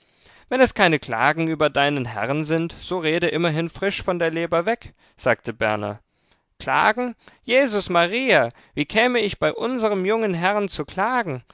wenn es keine klagen über deinen herrn sind so rede immerhin frisch von der leber weg sagte berner klagen jesus maria wie käme ich bei unserem jungen herrn zu klagen